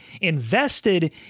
invested